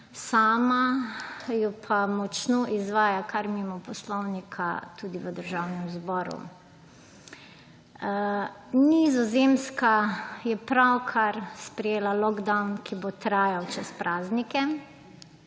Sama jo pa močno izvaja kar mimo poslovnika tudi v Državnem zboru. Nizozemska je pravkar sprejela lockdown, ki bo trajal čez praznike.